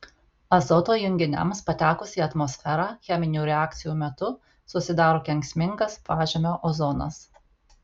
azoto junginiams patekus į atmosferą cheminių reakcijų metu susidaro kenksmingas pažemio ozonas